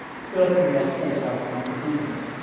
certainly as fought out in academia,